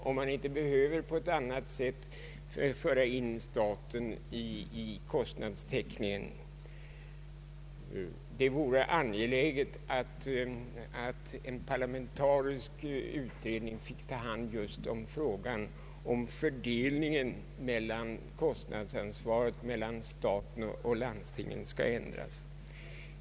Staten kan på ett annat sätt än hittills behöva gripa in i kostnadstäckningen. Det vore angeläget att en parlamentarisk utredning fick ta hand om frågan om fördelningen av kostnadsansvaret mellan staten och landstingen bör ändras.